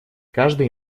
каждый